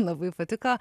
labai patiko